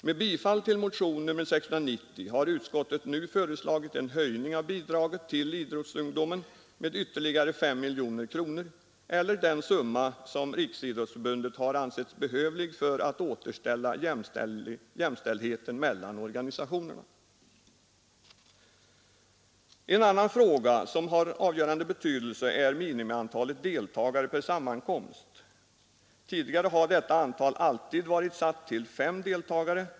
Med tillstyrkande av motionen 690 har utskottet nu föreslagit en höjning av bidraget till idrottsungdomen med ytterligare 5 miljoner kronor eller den summa som Riksidrottsförbundet ansett behövlig för att återupprätta jämställdheten mellan organisationerna. En annan fråga som har avgörande betydelse är minimiantalet deltagare per sammankomst. Tidigare har detta antal alltid varit satt till fem.